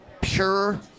pure